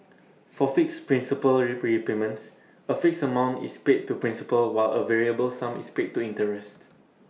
for fixed principal repayments A fixed amount is paid to principal while A variable sum is paid to interest